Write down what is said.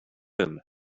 him